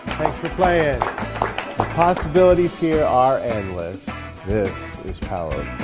for playing possibilities here are endless. this is power